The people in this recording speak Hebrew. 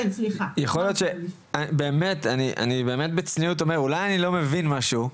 אני באמת אומר בצניעות, אולי אני לא מבין משהו,